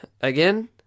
Again